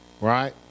right